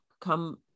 come